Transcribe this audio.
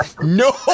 No